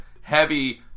heavy